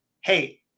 hey